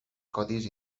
codis